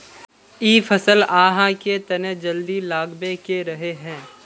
इ फसल आहाँ के तने जल्दी लागबे के रहे रे?